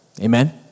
Amen